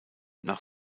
nach